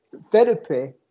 therapy